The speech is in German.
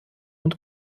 und